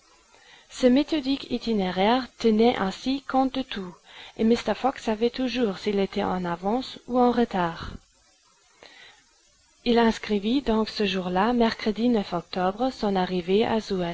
ce méthodique itinéraire tenait ainsi compte de tout et mr fogg savait toujours s'il était en avance ou en retard il inscrivit donc ce jour-là mercredi octobre son arrivée